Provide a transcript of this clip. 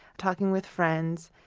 talking with friends,